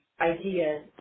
idea